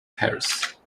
paris